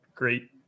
Great